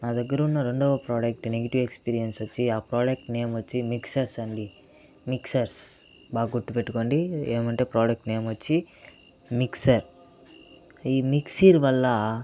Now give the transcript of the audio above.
నా దగ్గర ఉన్న రెండవ ప్రోడక్ట్ నెగటివ్ ఎక్స్పీరియన్స్ వచ్చి ఆ ప్రోడక్ట్ నేమ్ వచ్చి మిక్సర్స్ అండి మిక్సర్స్ బాగా గుర్తు పెట్టుకోండి ఏమంటే ప్రోడక్ట్ నేమ్ వచ్చి మిక్సర్ ఈ మిక్సీల వల్ల